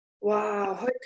Wow